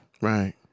Right